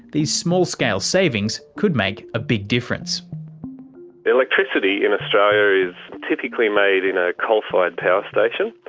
these small-scale savings could make a big difference. the electricity in australia is typically made in a coal-fired power station.